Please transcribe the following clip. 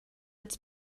its